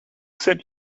sent